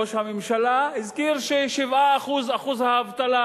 ראש הממשלה הזכיר ש-7% הוא אחוז האבטלה,